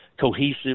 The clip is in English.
cohesive